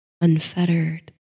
unfettered